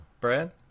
Brad